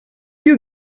you